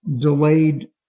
delayed